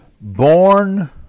Born